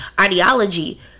ideology